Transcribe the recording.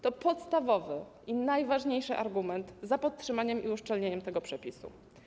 To podstawowy i najważniejszy argument za podtrzymaniem i uszczelnieniem tego przepisu.